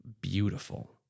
beautiful